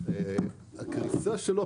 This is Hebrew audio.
- הקריסה שלו,